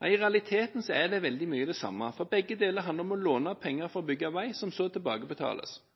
Nei, i realiteten er det veldig mye det samme. Begge deler handler om å låne penger for å bygge vei, som så tilbakebetales.